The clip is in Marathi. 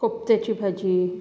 कोफ्त्याची भाजी